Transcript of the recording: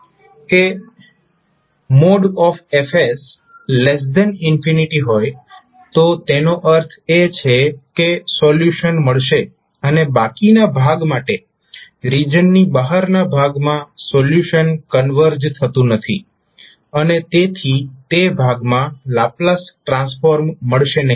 કે | F | હોય તો તેનો અર્થ એ છે કે સોલ્યુશન મળશે અને બાકીના ભાગ માટે રીજીઅનની બહારના ભાગમાં સોલ્યુશન કન્વર્જ થતું નથી અને તેથી તે ભાગમાં લાપ્લાસ ટ્રાન્સફોર્મ મળશે નહિ